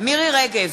מירי רגב,